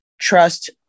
Trust